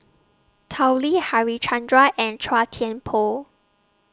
Tao Li Harichandra and Chua Thian Poh